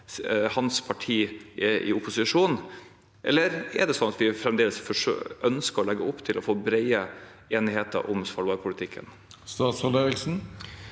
hans parti er opposisjon? Eller er det sånn at vi fremdeles ønsker å legge opp til å få brede enigheter om svalbardpolitikken? Statsråd